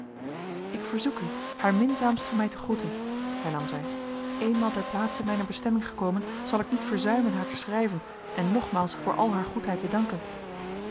ik verzoek u haar minzaamst van mij te groeten hernam zij eenmaal ter plaatse mijner bestemming gekomen zal ik niet verzuimen haar te schrijven en nogmaals voor al haar goedheid te danken